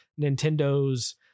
Nintendo's